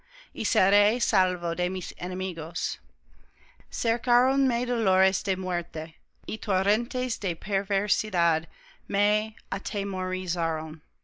y seré salvo de mis enemigos